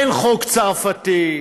כן חוק צרפתי,